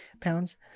pounds